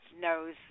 knows